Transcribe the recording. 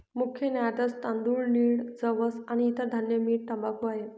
मुख्य निर्यातत तांदूळ, नीळ, जवस आणि इतर धान्य, मीठ, तंबाखू आहे